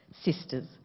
sisters